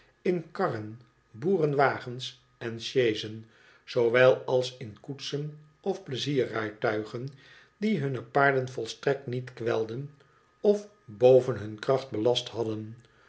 in karren boerenwagens en sjeezen zoewel als in koetsen of pleizierrijtuigen die hunne paarden volstrekt niet kwelden of boven hun kracht belast hadden